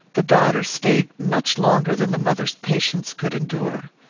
the daughter stayed much longer than the mother's patience could endure.